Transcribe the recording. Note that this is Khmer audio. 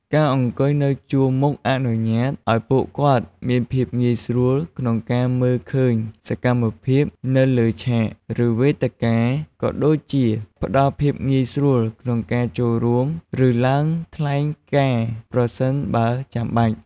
ការអង្គុយនៅជួរមុខអនុញ្ញាតឲ្យពួកគាត់មានភាពងាយស្រួលក្នុងការមើលឃើញសកម្មភាពនៅលើឆាក ឬវេទិកា ក៏ដូចជាផ្តល់ភាពងាយស្រួលក្នុងការចូលរួម ឬឡើងថ្លែងការណ៍ប្រសិនបើចាំបាច់។